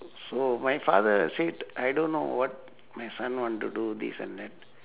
so my father said I don't know what my son want to do this and that